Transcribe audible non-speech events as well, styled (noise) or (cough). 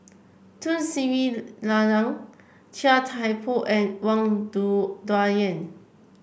Tun Sri Lanang Chia Thye Poh and Wang (unintelligible) Dayuan